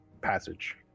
passage